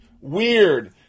weird